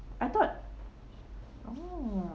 I though oh